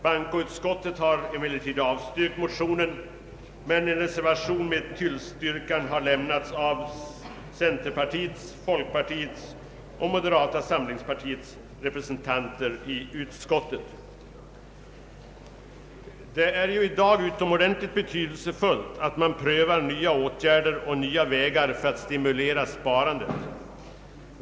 Bankoutskottet har avstyrkt motionen, men en reservation med tillstyrkan har lämnats av centerpartiets, folkpartiets och moderata samlingspartiets representanter i utskottet. Det är just nu utomordentligt betydelsefullt att man prövar nya åtgärder och nya vägar för att stimulera sparandet.